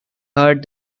heard